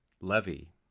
levy